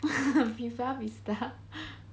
viva vista